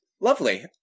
Lovely